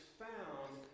found